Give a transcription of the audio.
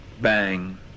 bang